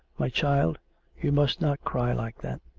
my child you must not cry like that.